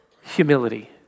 humility